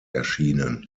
erschienen